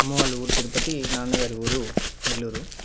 అమ్మవాళ్ళ ఊరు తిరుపతి నాన్నగారి ఊరు నెల్లూరు